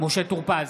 משה טור פז,